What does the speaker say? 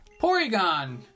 Porygon